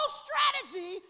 strategy